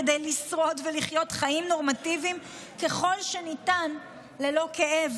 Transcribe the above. כדי לשרוד ולחיות חיים נורמטיביים ככל שניתן ללא כאב.